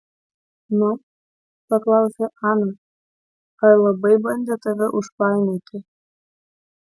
na paklausė ana ar labai bandė tave užpainioti